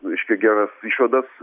reiškia geras išvadas